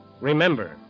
Remember